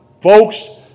folks